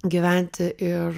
gyventi ir